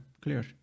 clear